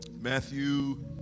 Matthew